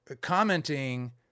commenting